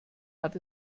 hat